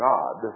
God